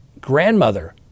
grandmother